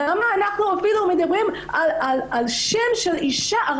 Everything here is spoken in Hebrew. למה אנחנו מדברים על רחוב שנושא שם אישה?